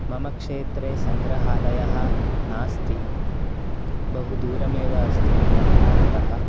मम क्षेत्रे सङ्ग्रहालयः नास्ति बहु दूरमेव अस्ति मम ग्रामतः